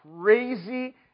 crazy